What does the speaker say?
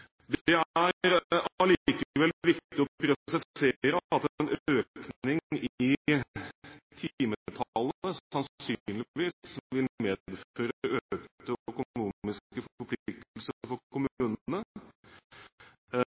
Det er likevel viktig å presisere at en økning i timetallet sannsynligvis vil medføre økte økonomiske forpliktelser for kommunene. Dette mener jeg at det ikke er tatt godt nok høyde for